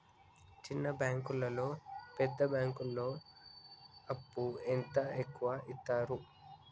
చిన్న బ్యాంకులలో పెద్ద బ్యాంకులో అప్పు ఎంత ఎక్కువ యిత్తరు?